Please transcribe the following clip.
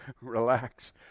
relax